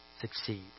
succeed